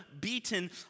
beaten